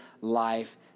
life